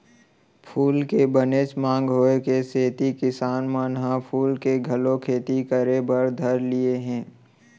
फूल के बनेच मांग होय के सेती किसान मन ह फूल के घलौ खेती करे बर धर लिये हें